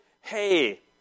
Hey